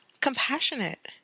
compassionate